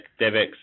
Devex